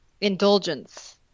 indulgence